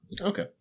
Okay